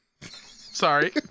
Sorry